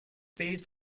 based